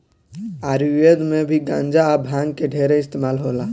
आयुर्वेद मे भी गांजा आ भांग के ढेरे इस्तमाल होला